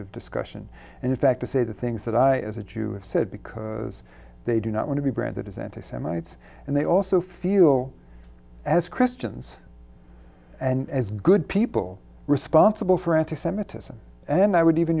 of discussion and in fact to say the things that i as a jew with said because they do not want to be branded as anti semites and they also feel as christians and as good people responsible for anti semitism and i would even